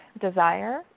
desire